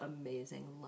amazing